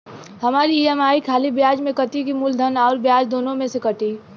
हमार ई.एम.आई खाली ब्याज में कती की मूलधन अउर ब्याज दोनों में से कटी?